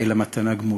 אלא מתנה גמורה.